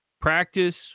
practice